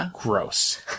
gross